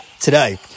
today